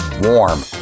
warm